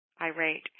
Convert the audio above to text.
irate